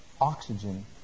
oxygen